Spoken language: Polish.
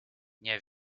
nie